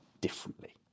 differently